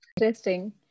Interesting